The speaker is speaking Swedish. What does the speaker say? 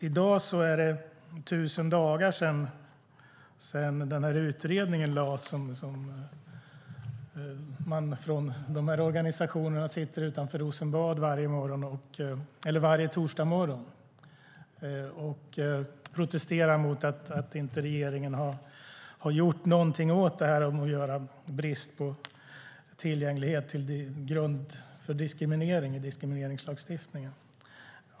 I dag är det 1 000 dagar sedan utredningen om bristande tillgänglighet som diskriminering lades fram. Representanter för olika organisationer sitter utanför Rosenbad varje torsdagsmorgon och protesterar mot att regeringen inte har gjort någonting åt det här om att göra brist på tillgänglighet till grund för diskriminering i diskrimineringslagstiftningen.